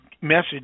message